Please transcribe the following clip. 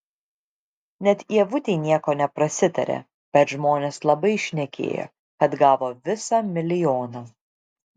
net ievutei nieko neprasitarė bet žmonės labai šnekėjo kad gavo visą milijoną